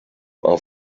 are